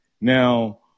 Now